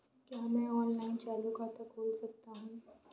क्या मैं ऑनलाइन चालू खाता खोल सकता हूँ?